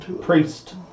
Priest